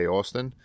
Austin